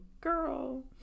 girl